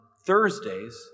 Thursdays